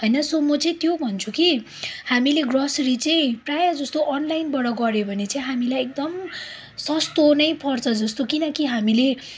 होइन सो म चाहिँ त्यो भन्छु कि हामीले ग्रोसरी चाहिँ प्रायःजस्तो अनलाइनबाट गर्यो भने चाहिँ हामीलाई एकदम सस्तो नै पर्छ जस्तो किनकि हामीले